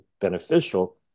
beneficial